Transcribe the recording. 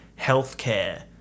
healthcare